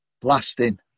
blasting